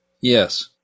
Yes